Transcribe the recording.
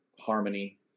harmony